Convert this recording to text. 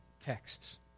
texts